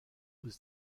aux